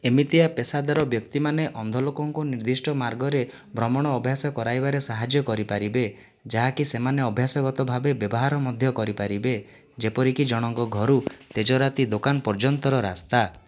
ଏମିତିକିଆ ପେସାଦାର ବ୍ୟକ୍ତି ମାନେ ଅନ୍ଧ ଲୋକଙ୍କୁ ନିର୍ଦ୍ଦିଷ୍ଟ ମାର୍ଗରେ ଭ୍ରମଣ ଅଭ୍ୟାସ କରାଇବାରେ ସାହାଯ୍ୟ କରିପାରିବେ ଯାହାକି ସେମାନେ ଅଭ୍ୟାସଗତ ଭାବେ ବ୍ୟବହାର ମଧ୍ୟ କରିପାରିବେ ଯେପରିକି ଜଣଙ୍କ ଘରୁ ତେଜରାତି ଦୋକାନ ପର୍ଯ୍ୟନ୍ତର ରାସ୍ତା